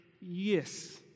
yes